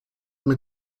mit